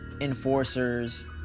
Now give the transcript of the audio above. enforcers